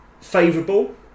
favourable